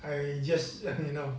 I just let him know